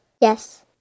Yes